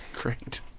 Great